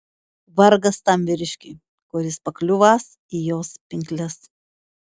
vargas tam vyriškiui kuris pakliūvąs į jos pinkles